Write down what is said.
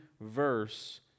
verse